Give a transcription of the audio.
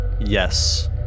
Yes